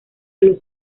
los